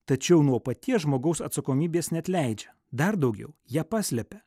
tačiau nuo paties žmogaus atsakomybės neatleidžia dar daugiau ją paslepia